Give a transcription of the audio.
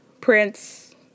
prince